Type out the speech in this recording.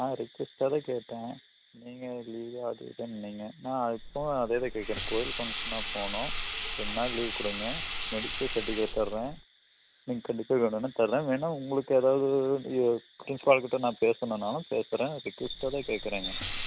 நான் ரெக்குவெஸ்ட்டாக தான் கேட்டேன் நீங்கள் லீவு அது இதுன்னிங்க நான் அதுக்கும் அதையே தான் கேட்கறேன் கோயில் ஃபங்க்ஷனா போகணும் ரெண்டு நாள் லீவு கொடுங்க மெடிக்கல் செர்டிஃபிகேட் தர்றேன் நீங்க கண்டிப்பாக வேணும்னா தர்றேன் வேணுனா உங்களுக்கு எதாவது பிரின்ஸ்பால்கிட்ட நான் பேசணுன்னாலும் பேசுகிறேன் ரெக்குவெஸ்டாக தான் கேட்கறேங்க